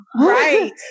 right